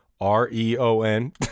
r-e-o-n